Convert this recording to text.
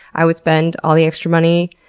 i would spend all the extra money